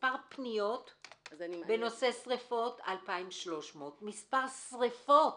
מספר פניות בנושא שריפות 2,300. מספר שריפות